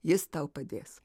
jis tau padės